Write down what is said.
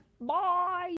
Bye